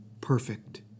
perfect